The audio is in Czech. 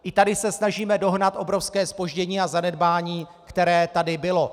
I tady se snažíme dohnat obrovské zpoždění a zanedbání, které tady bylo.